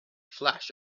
flash